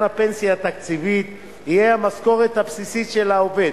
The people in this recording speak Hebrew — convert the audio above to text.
הפנסיה התקציבית יהיה המשכורת הבסיסית של העובד